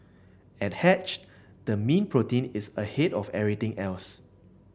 at hatched the mean protein is ahead of everything else